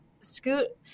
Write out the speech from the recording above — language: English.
scoot